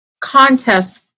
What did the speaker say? contest